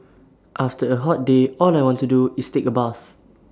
after A hot day all I want to do is take A bath